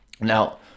Now